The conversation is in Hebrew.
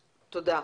תודה.